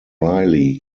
reilly